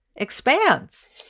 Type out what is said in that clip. expands